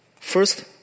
first